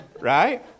Right